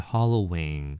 Halloween